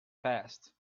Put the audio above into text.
passed